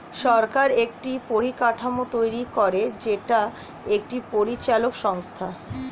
সরকার একটি পরিকাঠামো তৈরী করে যেটা একটি পরিচালক সংস্থা